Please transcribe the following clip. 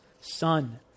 son